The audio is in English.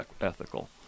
ethical